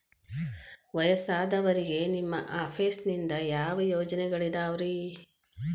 ವಯಸ್ಸಾದವರಿಗೆ ನಿಮ್ಮ ಆಫೇಸ್ ನಿಂದ ಯಾವ ಯೋಜನೆಗಳಿದಾವ್ರಿ?